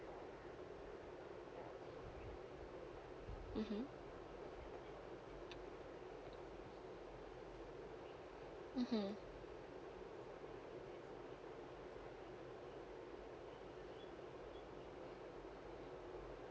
mmhmm mmhmm